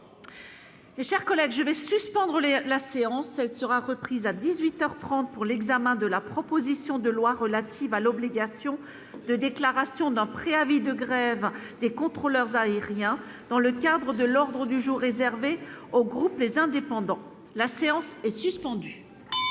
Chers collègues, je vais suspendre les la séance sera reprise à 18 heures 30 pour l'examen de la proposition de loi relative à l'obligation de déclaration d'un préavis de grève des contrôleurs aériens dans le cadre de l'ordre du jour réservé aux groupes les indépendants, la séance est suspendue.